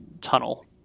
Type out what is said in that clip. tunnel